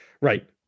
Right